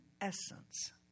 essence